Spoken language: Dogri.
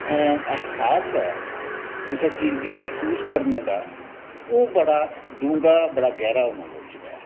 एहसास ऐ कुसै चीज़ गी मसूस करने दा ओह् बड़ा डूहंगा बड़ा गैहरा होना लोड़चदा ऐ